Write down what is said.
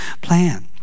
plan